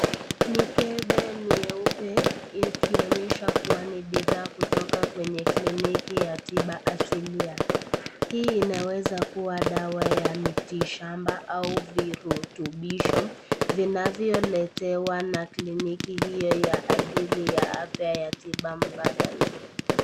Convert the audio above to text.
Mikebe myeupe ikionyesha kuwa ni bidhaa kutoka kliniki tiba asilia. Hii inaweza kuwa dawa ya miti shamba au vidonge vidogo vinavyoletewa na kliniki hiyo kwa ajili ya afya badala ya tiba mbadala.